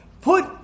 Put